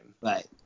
Right